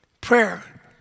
Prayer